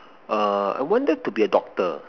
err I wanted to be a doctor